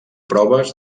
proves